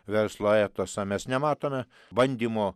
verslo etosą mes nematome bandymo